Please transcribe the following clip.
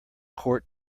court